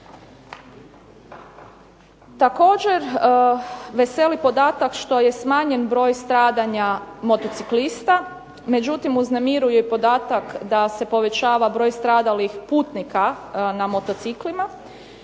Također veseli podatak što je smanjen broj stradanja motociklista. Međutim, uznemiruje i podatak da se povećava broj stradalih putnika na motociklima.